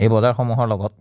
এই বজাৰসমূহৰ লগত